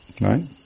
Right